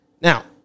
now